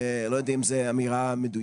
ואני לא יודע אם זאת אמירה מדויקת,